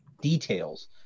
details